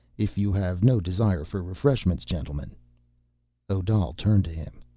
if you have no desire for refreshments, gentlemen odal turned to him.